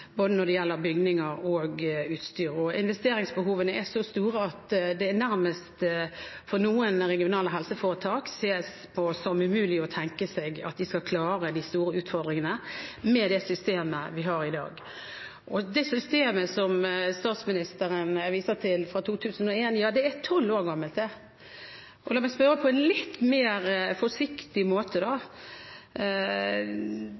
både når det gjelder bygninger og utstyr. Investeringsbehovene er så store at noen regionale helseforetak nærmest ser på det som umulig at de skal klare de store utfordringene med det systemet vi har i dag. Det systemet som statsministeren viser til fra 2001, ja, det er tolv år gammelt, det. La meg spørre på en litt mer forsiktig måte: